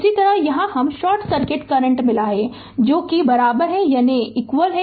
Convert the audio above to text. इसी तरह यहाँ हमे शॉर्ट सर्किट करंट मिला है जो कि यानी r iNorton है